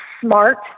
smart